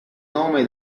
nome